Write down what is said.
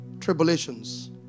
Tribulations